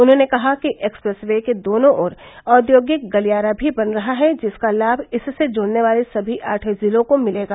उन्होंने कहा कि एक्सप्रेस वे के दोनों ओर औद्योगिक गलियारा भी बन रहा है जिसका लाभ इससे जुडने वाले सभी आठ जिलों को मिलेगा